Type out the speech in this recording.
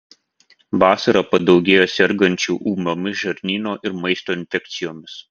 vasarą padaugėja sergančių ūmiomis žarnyno ir maisto infekcijomis